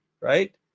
right